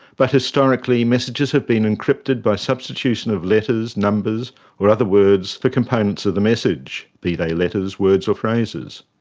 but historically, messages have been encrypted by substitution of letters, numbers or other words for the components of the message, be they letters, words or phrases.